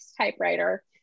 typewriter